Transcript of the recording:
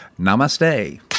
Namaste